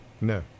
No